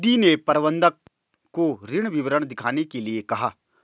रिद्धी ने प्रबंधक को ऋण विवरण दिखाने के लिए कहा